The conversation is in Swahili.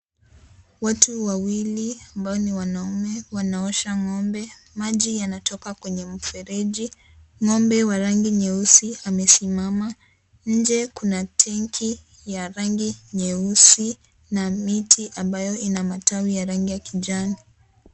Watu wawili ambao ni wanaume wanaosha ng'ombe maji yanatoka kwenye mfereji, ng'ombe wa rangi nyeusi anasimama nje kuna tenki ya rangi nyeusi na miti ambayo ina rangi ya kijani.